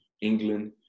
England